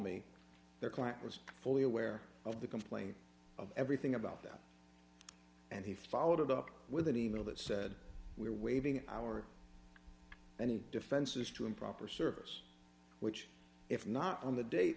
me their client was fully aware of the complaint of everything about that and he followed it up with an e mail that said we're waiving our any defenses to improper service which if not on the date